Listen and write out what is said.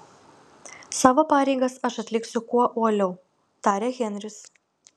savo pareigas aš atliksiu kuo uoliau tarė henris